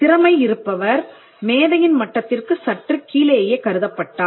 திறமை இருப்பவர் மேதையின் மட்டத்திற்கு சற்று கீழேயே கருதப்பட்டார்